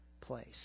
place